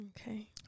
Okay